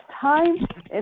time